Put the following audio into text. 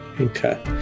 Okay